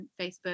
Facebook